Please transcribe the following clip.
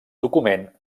document